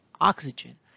oxygen